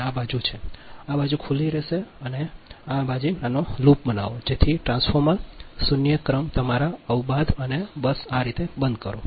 આ આ બાજુ છે આ બાજુ ખુલ્લી રહેશે આ બાજુ ખુલ્લી રહેશે પરંતુ એક નાનો લૂપ બનાવો જેનાથી ટ્રાન્સફોર્મર શૂન્ય ક્રમ તમારા અવબાધ અને બસ આ રીતે બંધ કરો